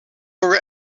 lower